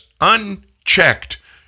unchecked